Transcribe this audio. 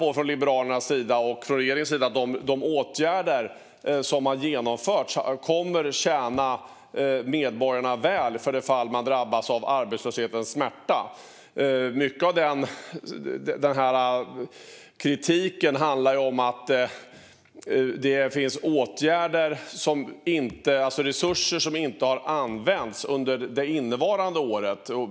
Vi i Liberalerna och regeringen menar att de åtgärder som har genomförts kommer att tjäna medborgarna väl för det fall att de drabbas av arbetslöshetens smärta. Mycket av kritiken handlar om att det finns åtgärder eller resurser som inte har använts under det innevarande året.